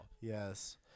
Yes